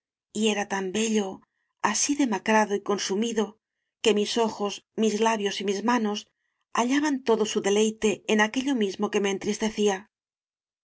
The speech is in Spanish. y era tan bello así demacrado y consumido que mis ojos mis labios y mis manos halla ban todo su deleite en aquello mismo que me entristecía